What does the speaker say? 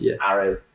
arrow